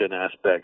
aspects